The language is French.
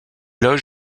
loge